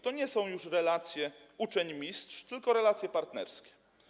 To nie są już relacje uczeń - mistrz, tylko relacje partnerskie.